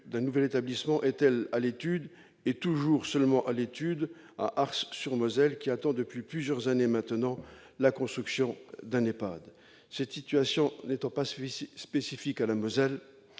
d'un nouvel établissement est à l'étude- et toujours seulement à l'étude -à Ars-sur-Moselle, commune qui attend depuis plusieurs années maintenant la construction d'un EHPAD. Cette situation n'étant pas spécifique à la Moselle,